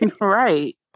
Right